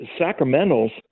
sacramentals